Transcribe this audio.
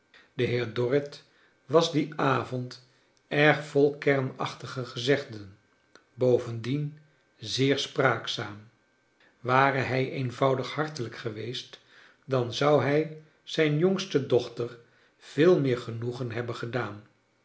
de heer dorrit was dien avond erg vol kernachtige gezegden bovendien zeer spraakzaam ware hij eenvoudig hartelijk geweest dan zou hij zijn jongste dochtei veel meer genoegen hebben gedaan